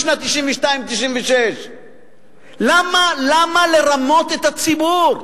בשנים 1992 1996. למה לרמות את הציבור?